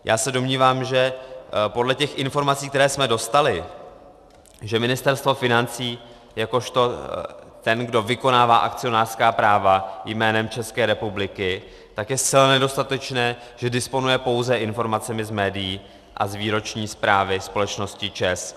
Já se domnívám, že podle těch informací, které jsme dostali, že Ministerstvo financí jakožto ten, kdo vykonává akcionářská práva jménem České republiky, tak je zcela nedostatečné, že disponuje pouze informacemi z médií a z výroční zprávy společnosti ČEZ.